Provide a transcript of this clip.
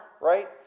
right